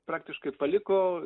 praktiškai paliko